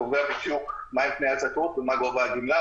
קובע בדיוק מה הם תנאי הזכאות ומה גובה הגמלה,